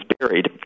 buried